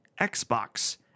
Xbox